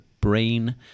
brain